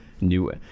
new